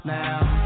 now